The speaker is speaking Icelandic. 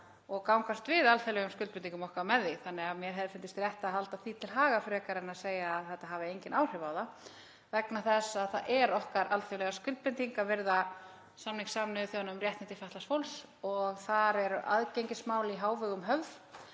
og gangast við alþjóðlegum skuldbindingum okkar með því. Mér hefði fundist rétt að halda því til haga frekar en að segja að þetta hafi engin áhrif á þær. Það er okkar alþjóðlega skuldbinding að virða samning Sameinuðu þjóðanna um réttindi fatlaðs fólks og þar eru aðgengismál í hávegum höfð.